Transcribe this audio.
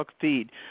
feed